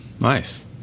Nice